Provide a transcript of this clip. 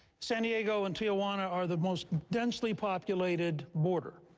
san diego and tijuana are the most densely populated border.